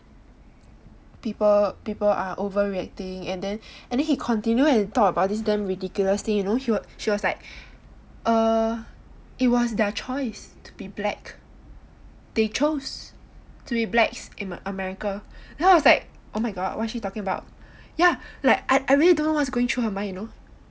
people are overreacting and then he continue and talk about this damn ridiculous thing you know she was like err it was their choice to be black they chose to be blacks in America then I was like oh my god what is she talking about ya like I really don't know what's going through her mind you know